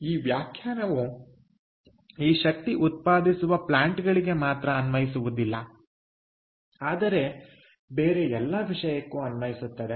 ಈ ವ್ಯಾಖ್ಯಾನವು ಈ ಶಕ್ತಿ ಉತ್ಪಾದಿಸುವ ಪ್ಲಾಂಟ್ಗಳಿಗೆ ಮಾತ್ರ ಅನ್ವಯಿಸುವುದಿಲ್ಲ ಆದರೆ ಬೇರೆ ಎಲ್ಲಾ ವಿಷಯಕ್ಕೂ ಅನ್ವಯಿಸುತ್ತದೆ